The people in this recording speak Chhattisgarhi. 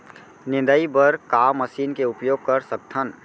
निंदाई बर का मशीन के उपयोग कर सकथन?